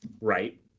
right